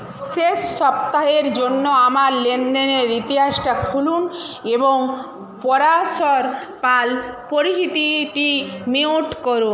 শেষ সপ্তাহের জন্য আমার লেনদেনের ইতিহাসটা খুলুন এবং পরাশর পাল পরিচিতিটি মিউট করুন